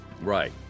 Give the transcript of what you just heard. Right